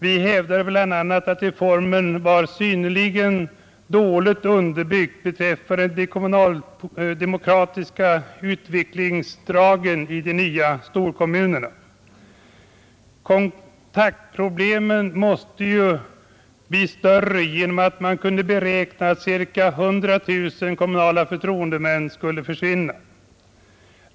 Vi hävdade bl.a. att reformen var synnerligen dåligt underbyggd beträffande de kommunaldemokratiska utvecklingsdragen i de nya storkommunerna. Kontaktproblemen måste ju bli större genom att man kunde beräkna att ca 100 000 kommunala förtroendemän skulle försvinna.